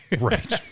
Right